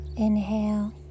Inhale